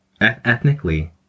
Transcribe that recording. ethnically